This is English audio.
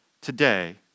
today